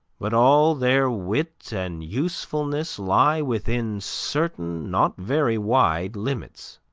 but all their wit and usefulness lie within certain not very wide limits.